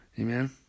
Amen